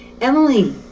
Emily